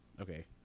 Okay